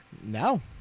No